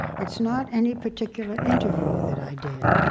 it's not any particular interview that i did.